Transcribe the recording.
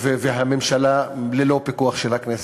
והממשלה ללא פיקוח של הכנסת.